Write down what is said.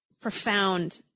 profound